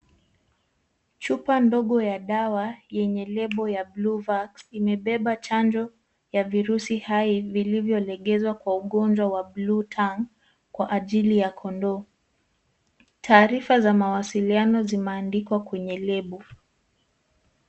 Chupa ndogo ya dawa yenye lebo Bluvax imebeba chanjo ya virusi hai vilivyolegezwa kwa ugonjwa wa blue tongue kwa ajili ya kondoo. Taarifa za mawasiliano zimeandikwa kwenye lebo.